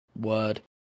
word